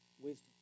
wisdom